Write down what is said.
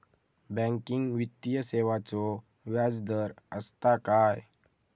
Banking वित्तीय सेवाचो व्याजदर असता काय?